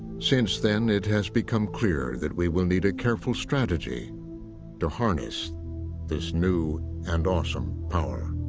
since then, it has become clear that we will need a careful strategy to harness this new and awesome power.